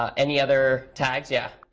um any other tags? yeah